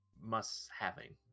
must-having